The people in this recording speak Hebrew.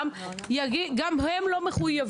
מעמד האישה ושוויון מגדרי): << יור >> לא,